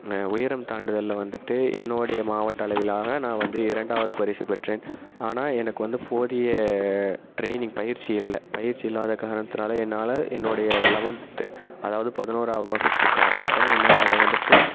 உயரம் தாண்டுதலில் வந்துவிட்டு என்னோடைய மாவட்ட அளவிலான நான் வந்து இரண்டாவது பரிசுப் பெற்றேன் ஆனால் எனக்கு வந்து போதிய ட்ரைனிங் பயிற்சி இல்லை பயிற்சி இல்லாத காரணத்தினால என்னால் என்னுடைய லெவன்த்து அதாவது பதினோறாவு வகுப்புக்கு அப்புறோம் என்னால் அதை வந்துவிட்டு